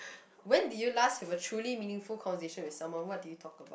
when did you last have a truly meaningful conversation with someone what did you talk about